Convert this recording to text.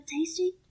tasty